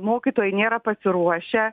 mokytojai nėra pasiruošę